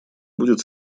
будет